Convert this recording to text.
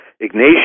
Ignatius